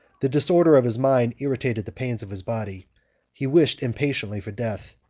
the disorder of his mind irritated the pains of his body he wished impatiently for death,